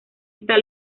esta